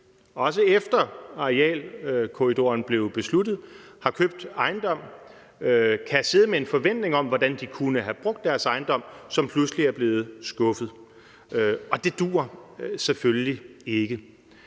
også efter at arealkorridoren blev besluttet, der kan sidde med en forventning om, hvordan de kunne bruge deres ejendom, som pludselig er blevet skuffet. Det duer selvfølgelig ikke.